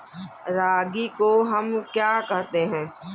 रागी को हम क्या कहते हैं?